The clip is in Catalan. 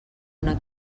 una